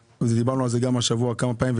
דיברנו על זה גם השבוע כמה פעמים,